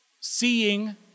seeing